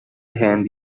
هند